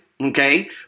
okay